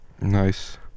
nice